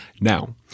Now